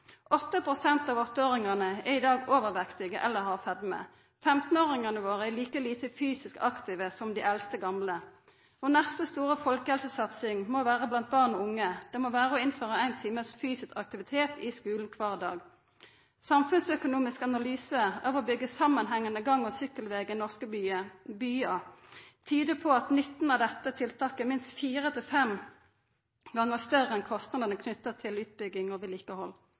av 8-åringane er i dag overvektige eller har fedme. 15-åringane våre er like lite fysisk aktive som dei eldste gamle. Vår neste store folkehelsesatsing må vera blant barn og unge. Det må vera å innføra éin time fysisk aktivitet i skulen kvar dag. Samfunnsøkonomisk analyse av å bygga samanhengande gang- og sykkelveg i norske byar tydar på at nytta av dette tiltaket er minst fire til fem gonger større enn kostnadane knytte til utbygging og vedlikehald.